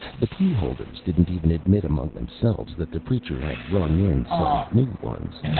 the pew-holders didn't even admit among themselves that the preacher had rung in some new ones.